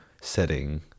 setting